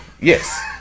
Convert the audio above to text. yes